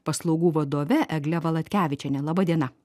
paslaugų vadove egle valatkevičiene laba diena